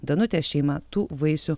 danutės šeima tų vaisių